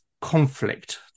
conflict